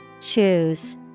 Choose